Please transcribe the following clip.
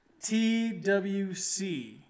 TWC